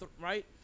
right